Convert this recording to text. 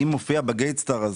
אם מופיע ב-גייד סטאר.